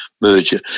merger